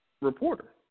reporter